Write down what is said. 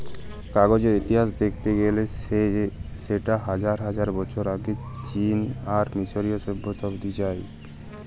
কাগজের ইতিহাস দ্যাখতে গ্যালে সেট হাজার হাজার বছর আগে চীল আর মিশরীয় সভ্যতা অব্দি যায়